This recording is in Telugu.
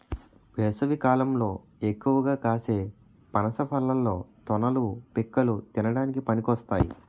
వేసవికాలంలో ఎక్కువగా కాసే పనస పళ్ళలో తొనలు, పిక్కలు తినడానికి పనికొస్తాయి